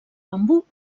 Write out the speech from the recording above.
bambú